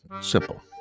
simple